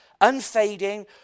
unfading